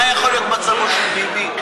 מה יכול להיות מצבו של ביבי?